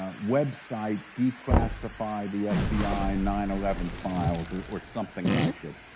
ah website, declassify the fbi nine eleven files, or or something like it,